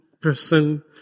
person